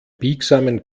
biegsamen